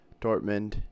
Dortmund